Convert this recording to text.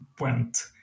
went